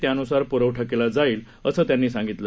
त्यानुसार पुरवठा केला जाईल असं त्यांनी सांगितलं